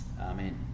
Amen